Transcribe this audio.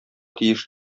тиеш